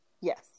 Yes